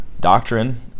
doctrine